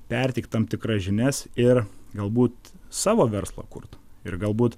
perteikt tam tikras žinias ir galbūt savo verslą kurt ir galbūt